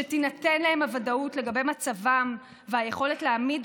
שתינתן להם הוודאות לגבי מצבם והיכולת להעמיד